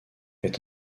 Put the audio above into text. est